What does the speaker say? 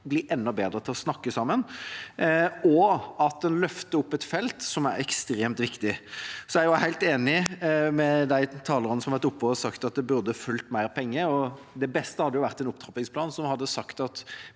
blir enda bedre til å snakke sammen, og at en løfter opp et felt som er ekstremt viktig. Jeg er helt enig med de talerne som har vært oppe og sagt at det burde fulgt med mer penger. Det beste hadde jo vært en opptrappingsplan som hadde sagt at